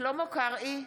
שלמה קרעי,